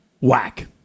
whack